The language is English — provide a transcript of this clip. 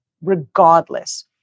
regardless